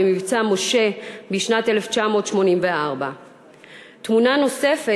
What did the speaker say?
ב"מבצע משה" בשנת 1984. תמונה נוספת,